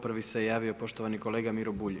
Prvi se javio poštovani kolega Miro Bulj.